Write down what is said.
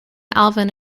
alvin